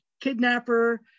kidnapper